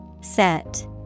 Set